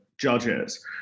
judges